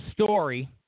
story